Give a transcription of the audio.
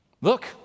look